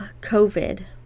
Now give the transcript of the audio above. COVID